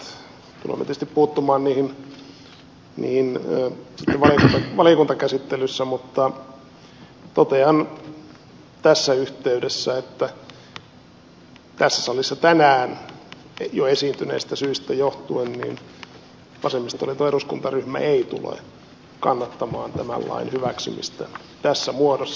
tulemme tietysti puuttumaan niihin valiokuntakäsittelyssä mutta totean tässä yhteydessä että tässä salissa tänään jo esiintyneistä syistä johtuen vasemmistoliiton eduskuntaryhmä ei tule kannattamaan tämän lain hyväksymistä tässä muodossa